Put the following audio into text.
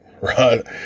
right